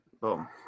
boom